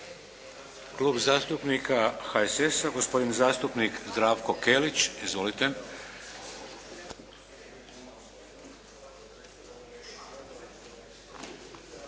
Klub zastupnika HSS-a gospodin zastupnik Zdravko Kelić. Izvolite.